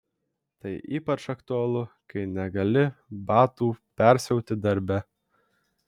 tai ypač aktualu kai negali batų persiauti darbe